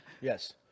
Yes